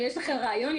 אם יש לכם רעיון,